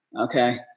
okay